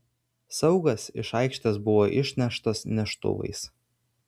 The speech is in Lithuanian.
saugas iš aikštės buvo išneštas neštuvais